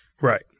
right